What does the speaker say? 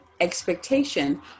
expectation